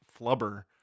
Flubber